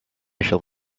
shall